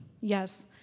Yes